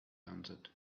answered